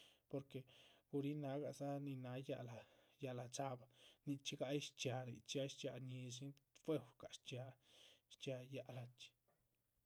Porque gurihin nágadza nin náha yáac´lah, yáac´lah dxaabah nichxígah ay shchxiáha nichxí ay shchxiáha ñíshin fuehugah shchxiáhan, shchxiáha yáac´lah chxí